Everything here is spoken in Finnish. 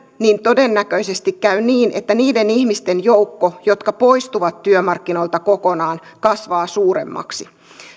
niin todennäköisesti käy niin että niiden ihmisten joukko jotka poistuvat työmarkkinoilta kokonaan kasvaa suuremmaksi